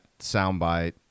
soundbite